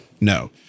no